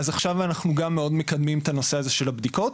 אז עכשיו אנחנו גם מאוד מקדמים את הנושא הזה של הבדיקות